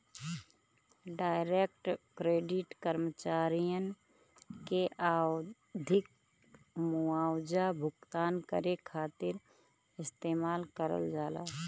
direct credit कर्मचारियन के आवधिक मुआवजा भुगतान करे खातिर इस्तेमाल करल जाला